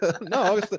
No